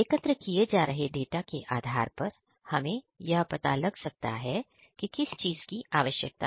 एकत्र किए जा रहे डाटा के आधार पर हमें यह पता लग सकता है कि किस चीज की आवश्यकता है